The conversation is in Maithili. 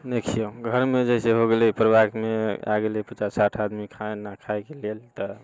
देखियौ घरमे जैसे हो गेलै परिवारमे आबि गेलै पचास साठि आदमी खाना खाएके लेल तऽ